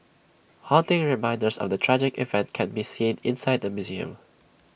haunting reminders of the tragic event can be seen inside the museum